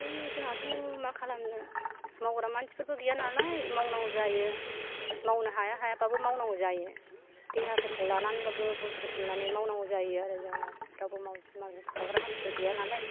जोंहाथ' मा खालामनो मावग्रा मानसिफोरबो गैया नालाय मावनांगौ जायो मावनो हाया हाया बाबो मावनांगौ जायो देहाफोरखौ लानानैबाबो बुद्रुसोमनानै मावनांगौ जायो आरो रावबो मावफाग्रा मानसिफोर गैया नालाय